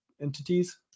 entities